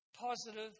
positive